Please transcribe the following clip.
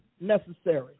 necessary